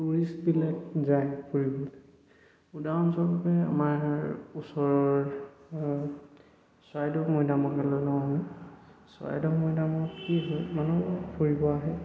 টুৰিষ্টবিলাক যায় ফুৰিবলৈ উদাহৰণস্বৰূপে আমাৰ ওচৰৰ চৰাইদেও মৈদামক চৰাইদেউ মৈদামত কি হয় মানুহ ফুৰিব আহে